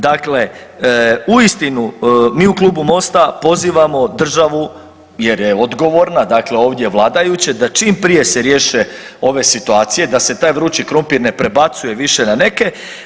Dakle, uistinu mi u Klubu MOST-a pozivamo državu jer je odgovorna, dakle ovdje vladajuće da čim prije se riješe ove situacije, da se taj vrući krumpir više ne prebacuje na neke.